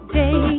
day